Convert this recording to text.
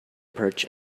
perch